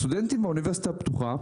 סטודנטים מהאוניברסיטה הפתוחה,